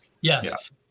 Yes